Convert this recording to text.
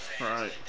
Right